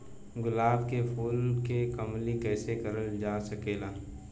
गुलाब क फूल के कलमी कैसे करल जा सकेला?